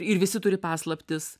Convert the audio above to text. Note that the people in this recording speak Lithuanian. ir visi turi paslaptis